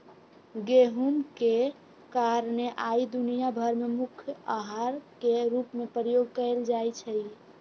गेहूम के कारणे आइ दुनिया भर में मुख्य अहार के रूप में प्रयोग कएल जाइ छइ